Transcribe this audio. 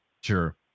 Sure